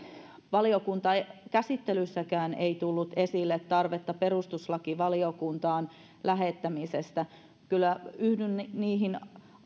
valiokuntakäsittelyssäkään ei tullut esille tarvetta perustuslakivaliokuntaan lähettämisestä kyllä yhdyn niihin